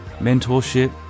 mentorship